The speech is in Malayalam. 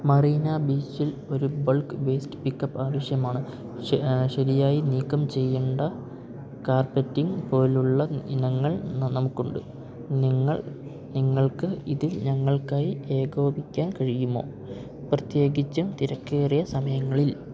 മറീന ബീച്ചിൽ ഒരു ബൾക്ക് വേസ്റ്റ് പിക്കപ്പ് ആവശ്യമാണ് ശരിയായി നീക്കം ചെയ്യണ്ട കാർപെറ്റിംഗ് പോലുള്ള ഇനങ്ങൾ നമു നമുക്കുണ്ട് നിങ്ങൾ നിങ്ങൾക്ക് ഇത് ഞങ്ങൾക്കായി ഏകോപിക്കാൻ കഴിയുമോ പ്രത്യേകിച്ചും തിരക്കേറിയ സമയങ്ങളിൽ